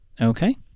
Okay